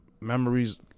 memories